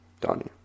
Donnie